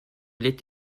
litt